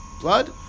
blood